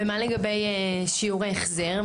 ומה לגבי שיעור ההחזר?